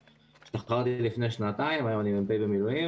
השתחררתי לפני שנתיים, היום אני מ"פ במילואים